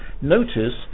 Notice